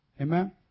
Amen